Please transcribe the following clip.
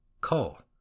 call